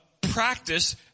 practice